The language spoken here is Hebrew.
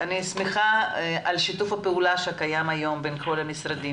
אני שמחה על שיתוף הפעולה שקיים היום בין כל המשרדים,